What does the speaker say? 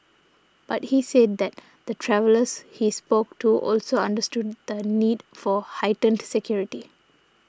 but he said that the travellers he spoke to also understood the need for heightened security